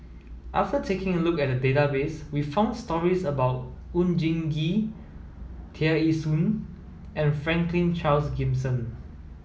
after taking a look at the database we found stories about Oon Jin Gee Tear Ee Soon and Franklin Charles Gimson